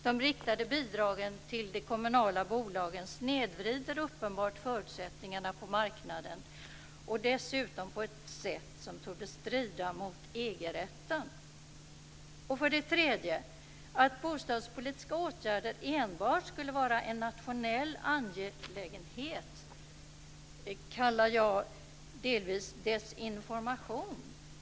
De riktade bidragen till de kommunala bolagen snedvrider uppenbart förutsättningarna på marknaden, och dessutom på ett sätt som torde strida mot EG-rätten. För det tredje: Att hävda att bostadspolitiska åtgärder enbart skulle vara en nationell angelägenhet kallar jag delvis desinformation.